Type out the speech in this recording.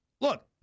Look